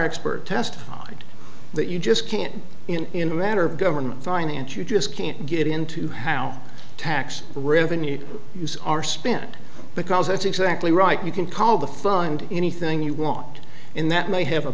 expert testified that you just can't in a matter of government finance you just can't get into how tax revenue use are spent because that's exactly right you can call the find anything you want in that may have a